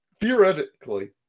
theoretically